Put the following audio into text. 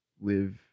live